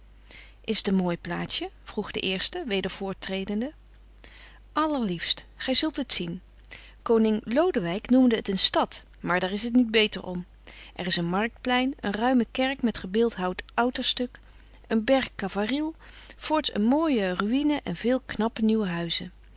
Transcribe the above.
is het een mooi plaatsje vroeg de eerste weder voorttredende allerliefst gij zult het zien koning lodewijk noemde het een stad maar daar is t niet beter om er is een marktplein een ruime kerk met gebeeldhouwd outerstuk een berg calvarië voorts een mooie ruïne en veel knappe nieuwe huizen